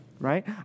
right